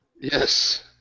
Yes